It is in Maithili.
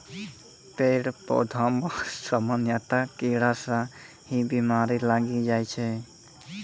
पेड़ पौधा मॅ सामान्यतया कीड़ा स ही बीमारी लागी जाय छै